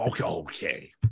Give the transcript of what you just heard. Okay